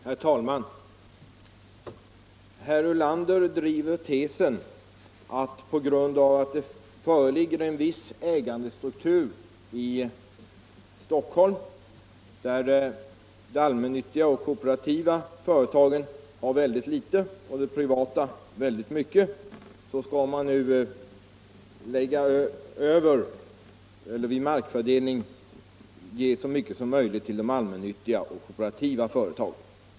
Herr talman! Herr Ulander driver den tesen att på grund av att det föreligger en viss ägandestruktur i Stockholm där de allmännyttiga och kooperativa företagen har en mycket liten och de privata en mycket stor andel, skall man nu vid markfördelning ge så mycket som möjligt till de allmännyttiga och kooperativa företagen.